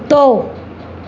कुतो